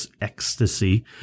ecstasy